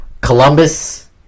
Columbus